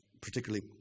particularly